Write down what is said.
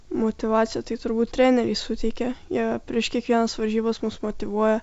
motyvaciją tai turbūt treneriai suteikė jie prieš kiekvienas varžybas mus motyvuoja